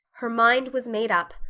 her mind was made up.